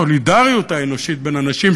הסולידריות האנושית בין אנשים,